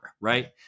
right